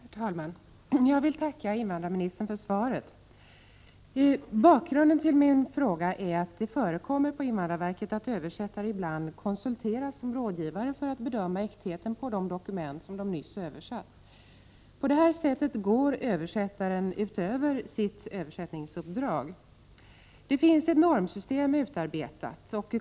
Herr talman! Jag vill tacka invandrarministern för svaret. Bakgrunden till min fråga är att det ibland förekommer på invandrarverket att översättare konsulteras som rådgivare för att bedöma äktheten av de dokument som de nyss har översatt. På det sättet går översättaren utöver sitt översättningsuppdrag. Det finns ett normsystem utarbetat.